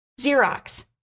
Xerox